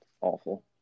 awful